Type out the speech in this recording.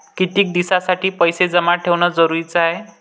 कितीक दिसासाठी पैसे जमा ठेवणं जरुरीच हाय?